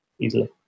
easily